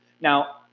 now